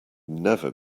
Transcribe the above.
never